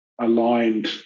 aligned